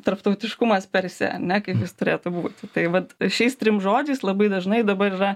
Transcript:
tarptautiškumas persė ar ne kaip jis turėtų būti tai vat šiais trim žodžiais labai dažnai dabar yra